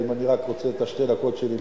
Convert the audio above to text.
אני רק רוצה שקט בשתי הדקות שלי,